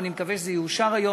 ואני מקווה שזה יאושר היום,